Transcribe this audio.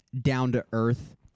down-to-earth